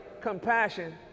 Compassion